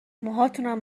موهاتونم